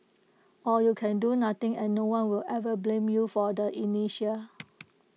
or you can do nothing and no one will ever blame you for the inertia